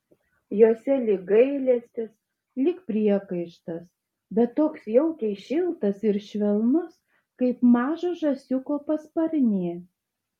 jose lyg gailestis lyg priekaištas bet toks jaukiai šiltas ir švelnus kaip mažo žąsiuko pasparnė